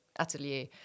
atelier